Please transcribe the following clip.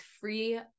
free